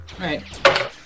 right